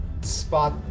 spot